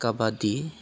kabaddi